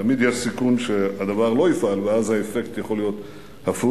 תמיד יש סיכון שהדבר לא יפעל ואז האפקט יכול להיות הפוך,